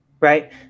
Right